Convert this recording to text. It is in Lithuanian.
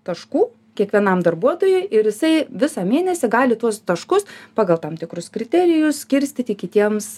taškų kiekvienam darbuotojui ir jisai visą mėnesį gali tuos taškus pagal tam tikrus kriterijus skirstyti kitiems